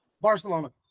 Barcelona